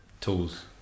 Tools